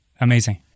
Amazing